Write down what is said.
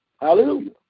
Hallelujah